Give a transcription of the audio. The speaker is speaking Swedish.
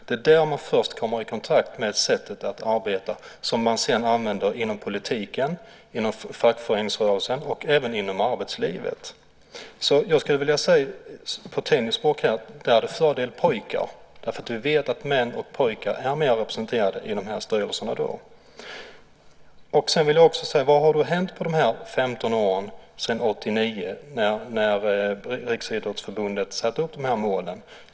Det är där som de först kommer i kontakt med det sättet att arbeta som man sedan använder inom politiken, inom fackföreningsrörelsen och även inom arbetslivet. Jag skulle vilja använda mig av tennisspråket för att beskriva situationen: Det är fördel pojkar. Vi vet att män och pojkar är mer representerade i föreningsstyrelser. Vad har då hänt på dessa 15 år, sedan 1989, när Riksidrottsförbundet satte upp dessa mål?